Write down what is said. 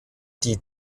die